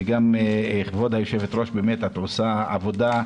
וגם כבוד היושבת-ראש, באמת את עושה עבודה,